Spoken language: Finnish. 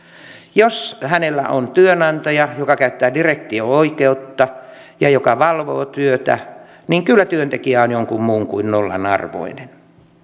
jos hänellä on työnantaja joka käyttää direktio oikeutta ja joka valvoo työtä niin kyllä työntekijä on jonkun muun kuin nollan arvoinen